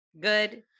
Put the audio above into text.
good